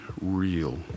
real